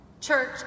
Church